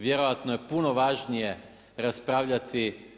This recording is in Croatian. Vjerojatno je puno važnije raspravljati.